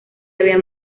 había